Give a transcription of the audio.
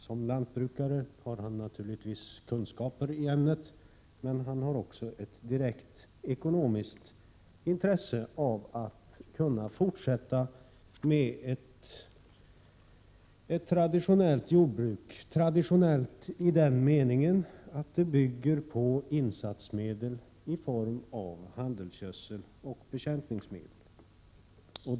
Som lantbrukare har han naturligtvis kunskaper i ämnet, men han har också ett direkt ekonomiskt intresse av att kunna fortsätta med ett traditionellt jordbruk, traditionellt i den meningen att det bygger på insatser i form av handelsgödsel och bekämpningsmedel.